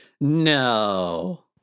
No